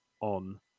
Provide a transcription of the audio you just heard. on